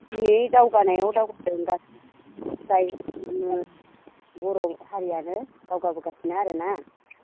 दिनैनि दावगानायाव दावगादों गासिबो जाय जोङो बर' हारियानो दावगाबोगासिनो आरोना